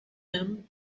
him